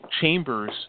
chambers